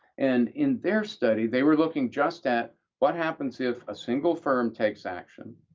and in their study, they were looking just at what happens if a single firm takes action?